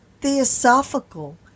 Theosophical